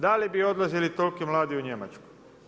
Da li bi odlazili toliki mladi u Njemačku?